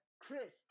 Chris